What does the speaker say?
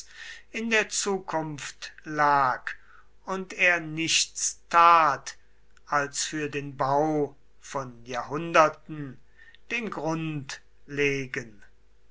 in der zukunft lag und er nichts tat als für den bau von jahrhunderten den grund legen